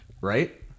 right